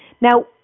Now